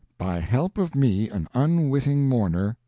by help of me, an unwitting mourner,